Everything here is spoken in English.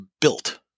built